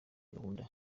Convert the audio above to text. gahunda